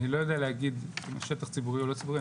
אני לא יודע להגיד אם השטח ציבורי או לא ציבורי,